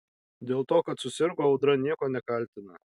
dėl to kad susirgo audra nieko nekaltina